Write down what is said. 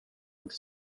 inte